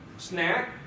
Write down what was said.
Snack